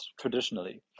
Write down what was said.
traditionally